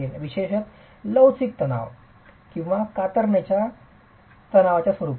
विशेषत flexural strength किंवा shear strength shear strength स्वरूपात